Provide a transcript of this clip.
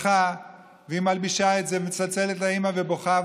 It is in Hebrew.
מסכה והיא מלבישה את זה, מצלצלת לאימא ובוכה.